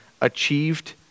achieved